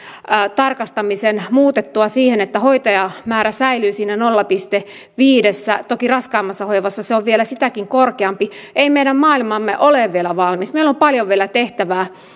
tarkistamisen muutettua siten että hoitajamäärä säilyy siinä nolla pilkku viidessä toki raskaammassa hoivassa se on vielä sitäkin korkeampi ei meidän maailmamme ole vielä valmis meillä on paljon vielä tehtävää